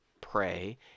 pray